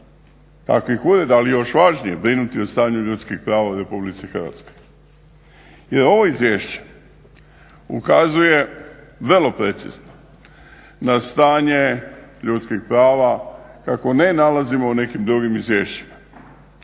takvih ureda ali još važnije brinuti o stanju ljudskih prava u RH. Jer ovo izvješće ukazuje vrlo precizno na stanje ljudskih prava kako ne nalazimo u nekim drugim izvješćima.